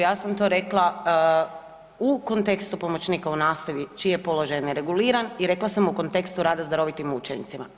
Ja sam to rekla u kontekstu pomoćnika u nastavi čiji je položaj nereguliran i rekla sam u kontekstu rada sa darovitim učenicima.